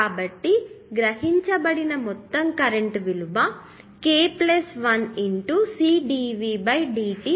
కాబట్టి గ్రహించబడిన మొత్తం కరెంట్ విలువ k 1 CdV dt అవుతుంది